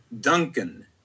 Duncan